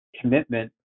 commitment